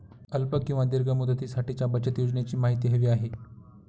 अल्प किंवा दीर्घ मुदतीसाठीच्या बचत योजनेची माहिती हवी आहे